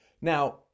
Now